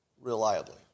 reliably